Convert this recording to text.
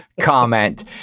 comment